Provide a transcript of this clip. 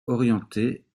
orientée